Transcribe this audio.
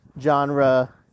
genre